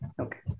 Okay